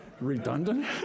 redundant